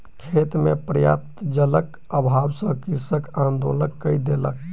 खेत मे पर्याप्त जलक अभाव सॅ कृषक आंदोलन कय देलक